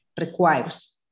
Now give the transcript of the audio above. requires